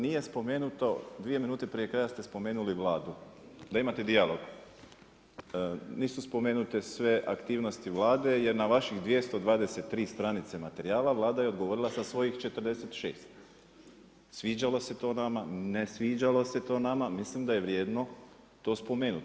Nije spomenuto, dvije minute prije kraja ste spomenuli Vladu da imate dijalog, niste spomenuli te sve aktivnosti Vlade jer na vaših 223 stranice materijala Vlada je odgovorila sa svojih 46 sviđalo se to nama, ne sviđalo se to nama, mislim da je vrijedno to spomenuti.